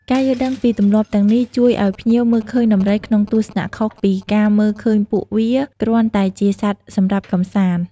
ការយល់ដឹងពីទម្លាប់ទាំងនេះជួយឲ្យភ្ញៀវមើលឃើញដំរីក្នុងទស្សនៈខុសពីការមើលឃើញពួកវាគ្រាន់តែជាសត្វសម្រាប់កម្សាន្ត។